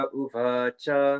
uvacha